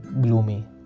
gloomy